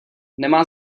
nemá